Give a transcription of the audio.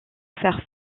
faire